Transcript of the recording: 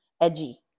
edgy